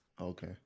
Okay